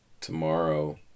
tomorrow